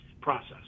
process